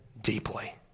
deeply